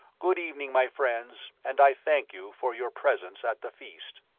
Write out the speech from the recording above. good evening, my friends, and i thank you for your presence at the feast.